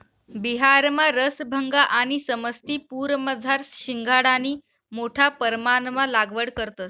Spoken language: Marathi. बिहारमा रसभंगा आणि समस्तीपुरमझार शिंघाडानी मोठा परमाणमा लागवड करतंस